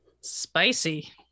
Spicy